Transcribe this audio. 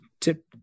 Tip